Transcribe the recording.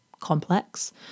complex